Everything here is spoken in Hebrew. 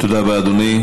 תודה רבה, אדוני.